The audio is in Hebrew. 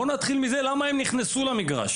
בואו נתחיל מזה שנשאל למה הם נכנסו למגרש,